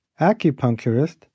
acupuncturist